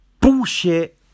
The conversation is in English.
bullshit